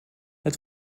het